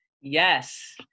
yes